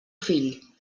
fill